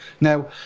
Now